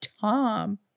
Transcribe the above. Tom